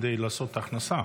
כדי לעשות הכנסה.